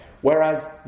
Whereas